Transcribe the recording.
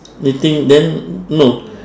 knitting then no